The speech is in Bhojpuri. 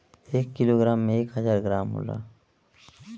एक किलोग्राम में एक हजार ग्राम होला